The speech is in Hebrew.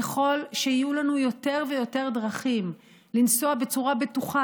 ככל שיהיו לנו יותר ויותר דרכים לנסוע בצורה בטוחה,